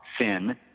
sin